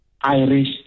Irish